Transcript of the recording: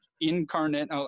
incarnate